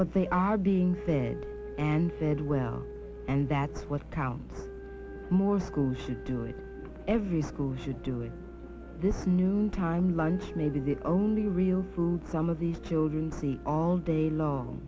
but they are being fed and said well and that's what counts more schools should do it every school should do it this time once maybe the only real food some of these children eat all day long